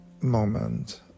moment